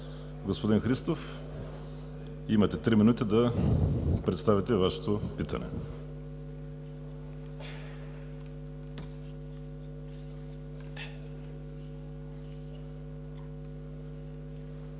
Господин Христов, имате три минути да представите Вашето питане.